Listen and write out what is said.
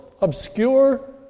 obscure